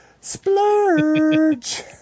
splurge